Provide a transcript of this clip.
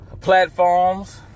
platforms